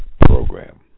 program